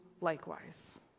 likewise